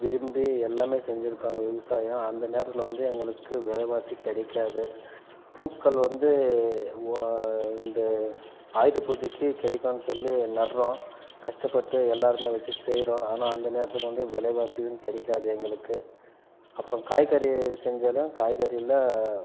விரும்பி எல்லாமே செஞ்சுருப்பாங்க விவசாயம் அந்த நேரத்தில் வந்து எங்களுக்கு விலைவாசி கிடைக்காது பூக்கள் வந்து ஓ இந்த ஆயுத பூஜைக்கு கிடைக்குன்னு சொல்லி நடுகிறோம் கஷ்டப்பட்டு எல்லோருமே வெச்சு செய்கிறோம் ஆனால் அந்த நேரத்துக்கு வந்து விலைவாசியும் கிடைக்காது எங்களுக்கு அப்புறம் காய்கறி செஞ்சாலையும் காய்கறியில்